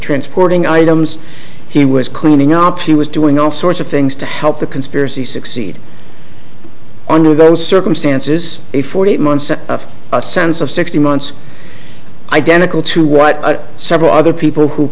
transporting items he was cleaning up he was doing all sorts of things to help the conspiracy succeed under those circumstances it forty eight months of a sense of sixty months identical to what several other people who